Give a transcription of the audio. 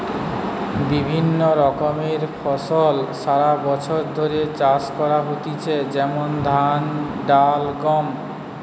বিভিন্ন রকমের ফসল সারা বছর ধরে চাষ করা হইতেছে যেমন ধান, ডাল, গম